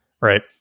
Right